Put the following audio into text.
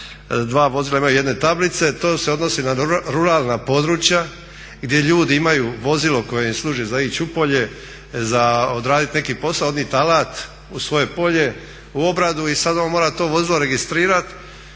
dva vozila imaju jedne tablice. To se odnosi na ruralna područja gdje ljudi imaju vozile koje im služi za ići u polje, za odradit neki posao, odnijet alat u svoje polje u obradu i sad on mora to vozilo registrirat.